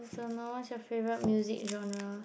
don't know what's your favourite music genre